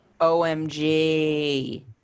OMG